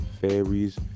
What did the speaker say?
fairies